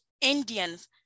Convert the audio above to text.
Indians